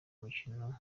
mukino